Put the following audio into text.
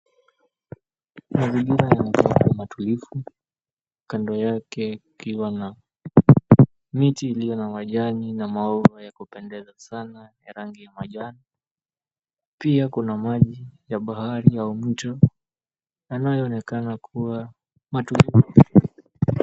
Mazingira yanayoonekana kuwa matulivu. Kando yake ikiwa na miti iliyo na majani na maua ya kupendeza sana ya rangi ya majani, pia kuna maji ya bahari ya mto yanayoonekana kuwa matulivu.